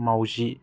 मावजि